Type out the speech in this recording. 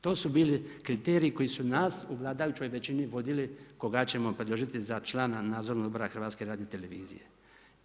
To su bili kriteriji koji su nas u vladajućoj većini vodili koga ćemo predložiti za člana Nadzornog odbora HRT-a.